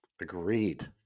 Agreed